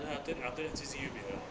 then after after that 最近 be !walao!